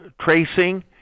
tracing